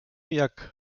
jak